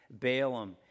Balaam